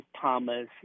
Thomas